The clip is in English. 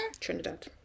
Trinidad